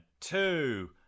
Two